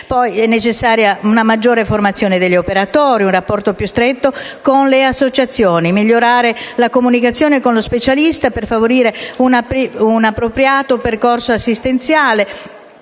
ed è necessaria una maggiore formazione degli operatori ed un rapporto più stretto con le associazioni. Occorre migliorare la comunicazione con lo specialista per favorire un appropriato percorso assistenziale